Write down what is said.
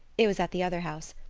it was at the other house.